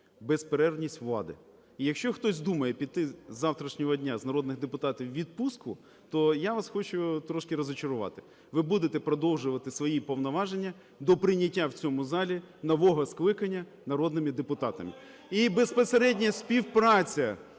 безперервність влади. І якщо хтось думає піти з завтрашнього дня з народних депутатів у відпустку, то я вас хочу трошки розчарувати: ви будете продовжувати свої повноваження до прийняття в цьому залі нового скликання народними депутатами. І безпосередня співпраця,